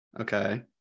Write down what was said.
Okay